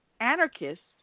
anarchists